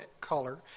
color